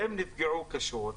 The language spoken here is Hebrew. האנשים האלו נפגעו קשות.